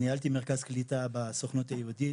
ניהלתי מרכז קליטה בסוכנות היהודית,